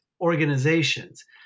organizations